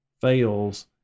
fails